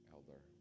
Elder